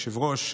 היושב-ראש,